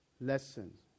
lessons